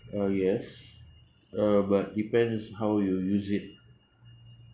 uh yes uh but it depends how you use it